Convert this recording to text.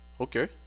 Okay